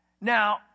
Now